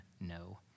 no